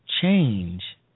change